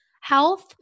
health